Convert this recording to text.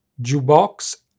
jukebox